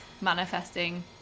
manifesting